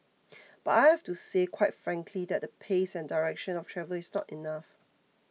but I have to say quite frankly that the pace and direction of travel is not enough